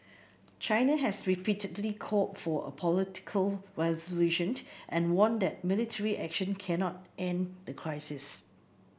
China has repeatedly called for a political resolution and warned that military action cannot end the crisis